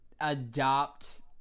adopt